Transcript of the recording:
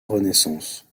renaissance